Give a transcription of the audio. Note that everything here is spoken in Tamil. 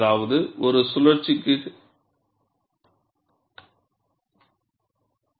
அதாவது ஒரு சுழற்சிகக்கு 0